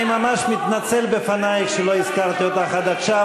אני ממש מתנצל בפנייך על שלא הזכרתי אותך עד עכשיו,